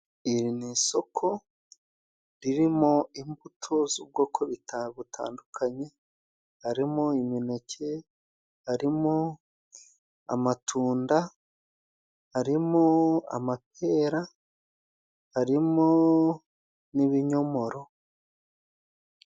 Iri ni isoko ririmo imbuto z'ubwoko buta butandukanye harimo: imineke, harimo amatunda, harimo amapera ,harimo n'ibinyomoro.